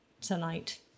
tonight